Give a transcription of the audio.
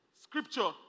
scripture